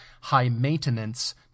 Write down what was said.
high-maintenance